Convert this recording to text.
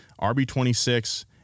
RB26